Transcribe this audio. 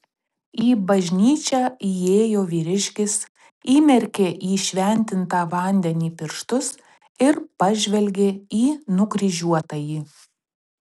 į bažnyčią įėjo vyriškis įmerkė į šventintą vandenį pirštus ir pažvelgė į nukryžiuotąjį